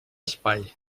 espai